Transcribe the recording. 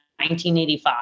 1985